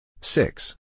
Six